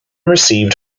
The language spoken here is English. received